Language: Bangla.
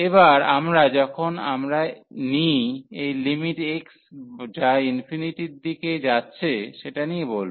এবার আমরা যখন আমরা নিই এই লিমিট x যা ইনফিনিটির দিকে যাচ্ছে সেটা নিয়ে বলব